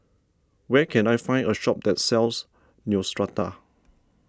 where can I find a shop that sells Neostrata